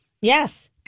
Yes